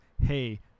hey